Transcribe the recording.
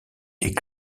est